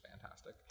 fantastic